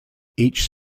each